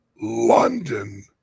London